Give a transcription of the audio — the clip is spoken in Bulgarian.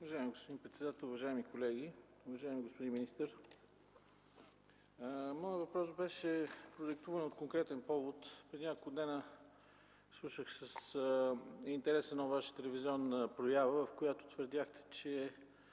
Уважаеми господин председател, уважаеми колеги! Уважаеми господин министър, моят въпрос беше продиктуван от конкретен повод. Преди няколко дни слушах с интерес Ваша телевизионна проява, където твърдяхте, че